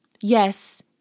Yes